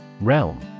Realm